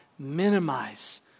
minimize